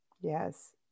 Yes